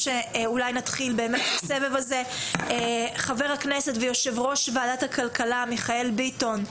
חבר הכנסת ויושב-ראש וועדת הכלכלה מיכאל ביטון,